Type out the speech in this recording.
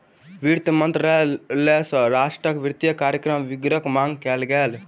वित्त मंत्रालय सॅ राष्ट्रक वित्तीय कार्यक विवरणक मांग कयल गेल